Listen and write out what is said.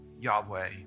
Yahweh